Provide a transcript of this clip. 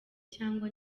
cyangwa